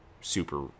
super